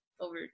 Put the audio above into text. over